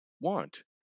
want